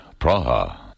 Praha